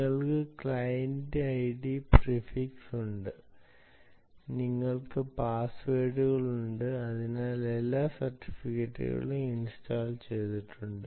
നിങ്ങൾക്ക് client ID prefix ഉണ്ട് നിങ്ങൾക്ക് പാസ്വേഡുകൾ ഉണ്ട് കൂടാതെ എല്ലാ സർട്ടിഫിക്കറ്റുകളും ഇൻസ്റ്റാൾ ചെയ്തിട്ടുണ്ട്